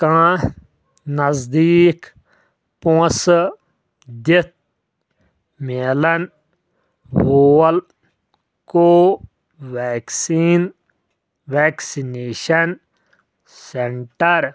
کانٛہہ نٔزدیٖک پۅنٛسہٕ دِتھ میلَن وول کو ویکسیٖن ویکسِنیشَن سینٹَر